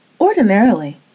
Ordinarily